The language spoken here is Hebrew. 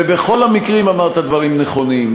ובכל המקרים אמרת דברים נכונים.